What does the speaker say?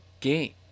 game